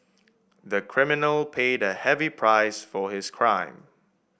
the criminal paid a heavy price for his crime